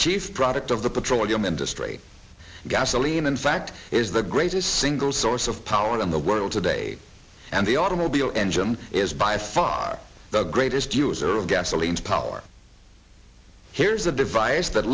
chief product of the petroleum industry gasoline in fact is the greatest single source of power in the world today and the automobile engine is by far the greatest user of gasoline power here's a device that